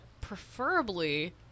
preferably